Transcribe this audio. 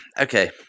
okay